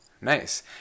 Nice